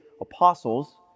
apostles